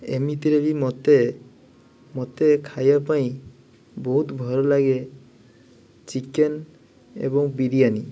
ଏମିତିରେ ବି ମୋତେ ମୋତେ ଖାଇବା ପାଇଁ ବହୁତ ଭଲ ଲାଗେ ଚିକେନ୍ ଏବଂ ବିରିଆନୀ